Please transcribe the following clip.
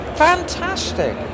fantastic